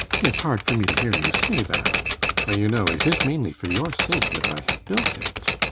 it's hard for me to hear you say that for you know it is mainly for your sake that i have built it.